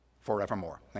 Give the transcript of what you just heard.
forevermore